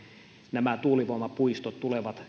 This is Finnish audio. nämä tuulivoimapuistot tulevat